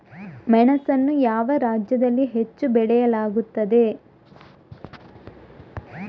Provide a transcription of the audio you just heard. ಮೆಣಸನ್ನು ಯಾವ ರಾಜ್ಯದಲ್ಲಿ ಹೆಚ್ಚು ಬೆಳೆಯಲಾಗುತ್ತದೆ?